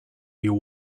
you